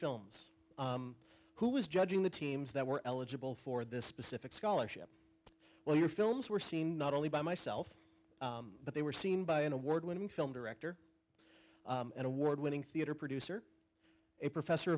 films who was judging the teams that were eligible for this specific scholarship well your films were seen not only by myself but they were seen by an award winning film director an award winning theatre producer a professor